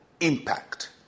impact